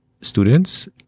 students